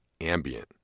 ambient